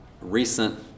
recent